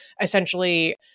essentially